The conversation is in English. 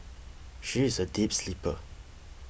she is a deep sleeper